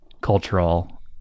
cultural